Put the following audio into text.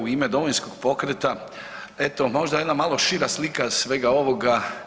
U ime Domovinskog pokreta, eto možda jedna malo šira slika svega ovoga.